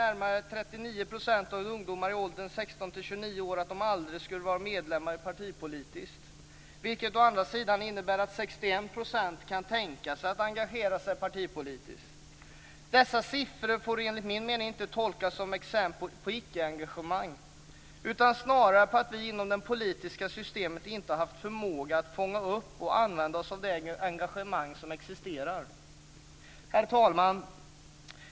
Närmare 39 % av ungdomar i åldern 16-29 år uppger att de aldrig skulle kunna vara medlemmar i ett politiskt parti. Å andra sidan är det 61 % som kan tänka sig att engagera sig partipolitiskt. Dessa siffror får enligt min mening inte tolkas som exempel på icke-engagemang. Snarare är det så att vi inom det politiska systemet inte har haft förmåga att fånga upp och använda oss av det engagemang som existerar. Herr talman!